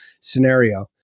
scenario